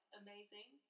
amazing